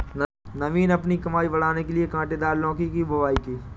नवीन अपनी कमाई बढ़ाने के लिए कांटेदार लौकी की बुवाई की